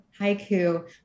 Haiku